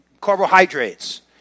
carbohydrates